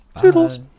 Toodles